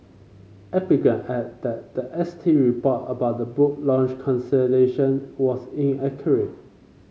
epigram added that the S T report about the book launch cancellation was inaccurate